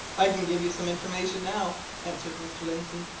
i can give you some information now, answered mr. lindsey,